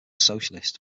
socialist